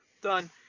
done